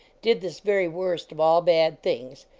did this very worst of all bad things,